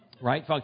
right